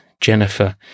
Jennifer